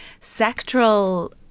Sectoral